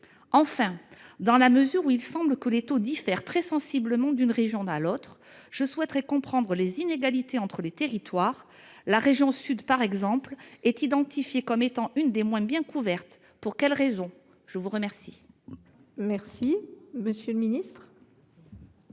Enfin, dans la mesure où les taux semblent différer très sensiblement d’une région à l’autre, je souhaite comprendre les inégalités entre les territoires. La région Sud, par exemple, est identifiée comme l’une des moins bien couvertes. Pour quelles raisons ? La parole est à M. le ministre